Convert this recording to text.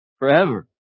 Forever